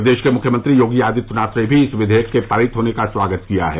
प्रदेश के मुख्यमंत्री योगी आदित्यनाथ ने भी इस विवेयक के पारित होने का स्वागत किया है